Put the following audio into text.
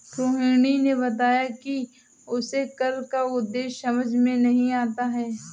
रोहिणी ने बताया कि उसे कर का उद्देश्य समझ में नहीं आता है